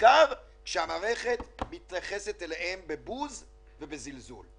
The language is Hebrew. בעיקר כשהמערכת מתייחסת אליהם בבוז ובזלזול.